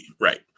right